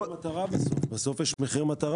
להוריד את מחיר המטרה, בסוף יש את מחיר המטרה.